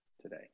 today